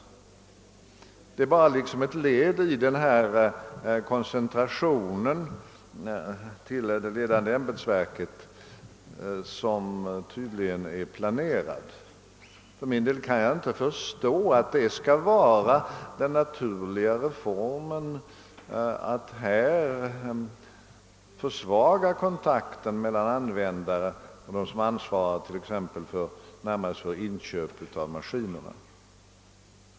Detta utgör liksom ett led i den fortgående koncentration till ett ledande ämbetsverk som tydligen är planerad. För min del kan jag inte förstå att det skall va ra den naturliga formen att här försvaga kontakten mellan dem som använder maskinerna och dem som närmast ansvarar för inköp av maskinerna.